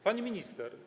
Pani Minister!